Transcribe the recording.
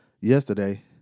yesterday